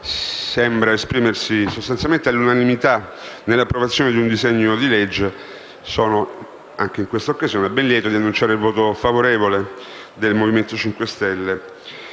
sembra esprimersi sostanzialmente all'unanimità in occasione dell'approvazione di un disegno di legge. Anche in questa occasione, sono ben lieto di annunciare il voto favorevole del Movimento 5 Stelle